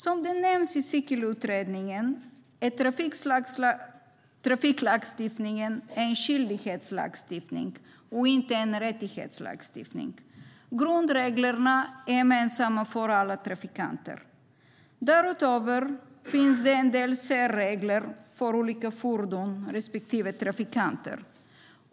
Som nämns i cykelutredningen är trafiklagstiftningen en skyldighetslagstiftning och inte en rättighetslagstiftning. Grundreglerna är gemensamma för alla trafikanter. Därutöver finns en del särregler för olika fordon respektive trafikanter.